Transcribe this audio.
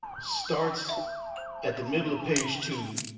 starts at the middle of page two,